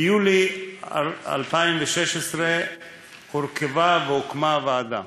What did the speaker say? ביולי 2016 הורכבה והוקמה ועדה.